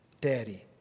Daddy